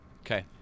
Okay